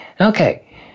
Okay